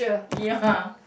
ya